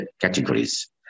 categories